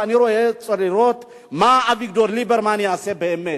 ואני רוצה לראות מה אביגדור ליברמן יעשה באמת,